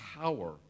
power